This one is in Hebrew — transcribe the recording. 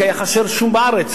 כי היה חסר שום בארץ,